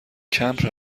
کمپ